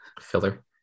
Filler